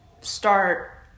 start